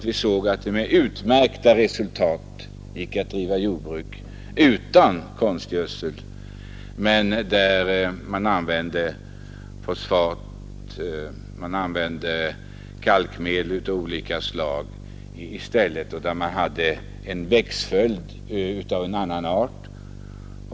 Vi såg att det med utmärkta resultat gick att driva jordbruket utan konstgödsel. Man använde i stället t.ex. fosfat och kalkmedel av olika slag, och man hade en växtföljd av annan art.